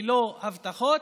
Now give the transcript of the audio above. ללא הבטחות,